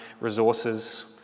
resources